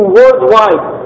worldwide